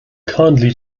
kindly